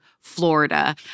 Florida